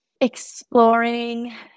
exploring